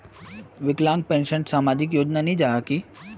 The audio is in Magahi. विकलांग पेंशन सामाजिक योजना नी जाहा की?